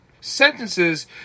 sentences